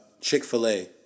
Chick-fil-A